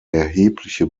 erhebliche